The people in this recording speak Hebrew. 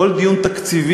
בכל דיון תקציבי,